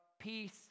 peace